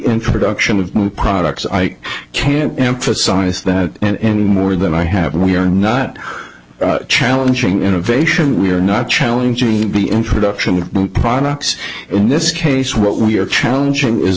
introduction of new products i can't emphasize that and more than i have and we are not challenging innovation we are not challenging the introduction of new products in this case what we are challenging is